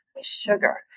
Sugar